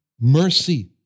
Mercy